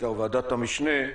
בעיקר בוועדת המשנה,